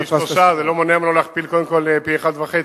זה לא מונע ממנו קודם כול להכפיל פי-1.5.